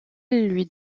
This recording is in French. lui